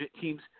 teams